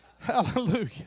Hallelujah